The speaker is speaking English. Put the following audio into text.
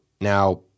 Now